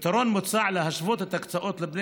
פתרון מוצע: להשוות את ההקצאות לבני